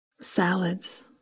Salads